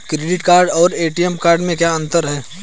Credit card और ATM card में क्या अंतर है?